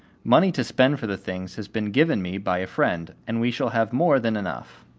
money to spend for the things has been given me by a friend, and we shall have more than enough.